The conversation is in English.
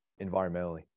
environmentally